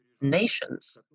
nations